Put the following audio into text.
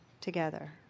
together